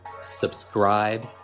subscribe